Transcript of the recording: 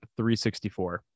364